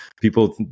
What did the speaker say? people